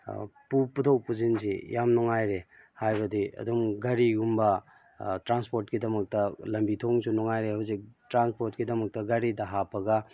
ꯄꯨꯊꯣꯛ ꯄꯨꯁꯤꯟꯁꯤ ꯌꯥꯝ ꯅꯨꯡꯉꯥꯏꯔꯦ ꯍꯥꯏꯕꯗꯤ ꯑꯗꯨꯝ ꯒꯥꯔꯤꯒꯨꯝꯕ ꯇ꯭ꯔꯥꯟꯁꯄꯣꯠꯀꯤꯗꯃꯛꯇ ꯂꯝꯕꯤ ꯊꯣꯡꯁꯨ ꯅꯨꯡꯉꯥꯏꯔꯦ ꯍꯧꯖꯤꯛ ꯇ꯭ꯔꯥꯟꯁꯄꯣꯔꯠꯀꯤꯗꯃꯛꯇ ꯒꯥꯔꯤꯗ ꯍꯥꯞꯄꯒ